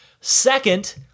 Second